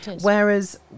whereas